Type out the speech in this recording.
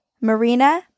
Marina